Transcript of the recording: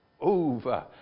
over